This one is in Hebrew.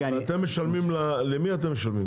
ואתם משלמים, למי אתם משלמים?